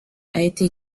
été